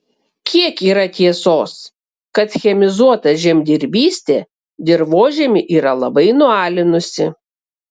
kiek yra tiesos kad chemizuota žemdirbystė dirvožemį yra labai nualinusi